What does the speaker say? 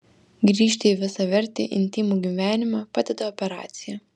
grįžti į visavertį intymų gyvenimą padeda operacija